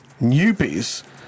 newbies